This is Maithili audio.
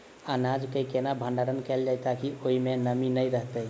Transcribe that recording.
अनाज केँ केना भण्डारण कैल जाए ताकि ओई मै नमी नै रहै?